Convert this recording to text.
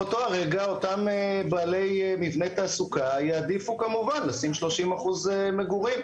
באותו רגע אותם בעלי מבני תעסוקה יעדיפו כמובן לשים 30% מגורים.